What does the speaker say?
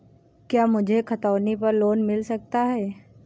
क्या मुझे खतौनी पर लोन मिल सकता है?